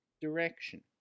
direction